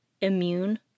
Immune